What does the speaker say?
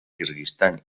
kirguizistan